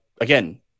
again